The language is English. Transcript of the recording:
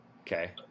Okay